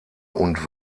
und